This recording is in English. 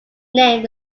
name